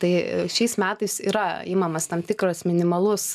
tai šiais metais yra imamas tam tikras minimalus